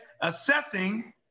assessing